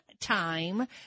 time